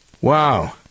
Wow